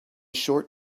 short